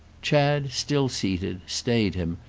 chad, still seated, stayed him,